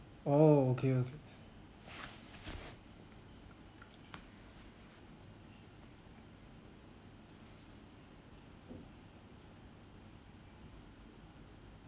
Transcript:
oh okay okay